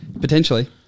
Potentially